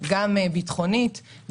גם ביטחונית,